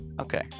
Okay